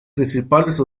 principales